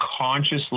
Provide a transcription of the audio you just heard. consciously